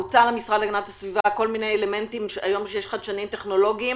למשרד להגנת הסביבה כל מיני אלמנטים היום שיש חיישנים טכנולוגיים